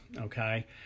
okay